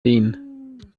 denen